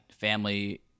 family